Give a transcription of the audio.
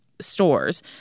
stores